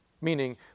meaning